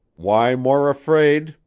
why more afraid,